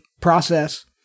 process